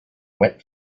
wet